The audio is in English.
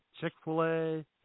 Chick-fil-A